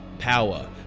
Power